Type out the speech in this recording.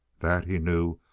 that, he knew,